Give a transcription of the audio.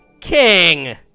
King